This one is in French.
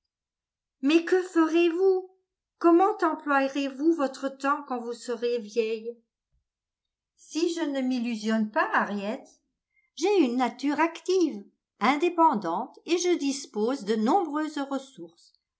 mais que ferez-vous comment emploierez vous votre temps quand vous serez vieille si je ne m'illusionne pas harriet j'ai une nature active indépendante et je dispose de nombreuses ressources